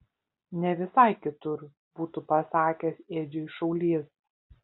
ne visai kitur būtų pasakęs edžiui šaulys